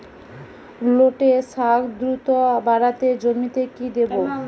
লটে শাখ দ্রুত বাড়াতে জমিতে কি দেবো?